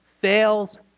fails